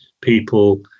people